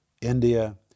India